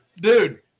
dude